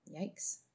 Yikes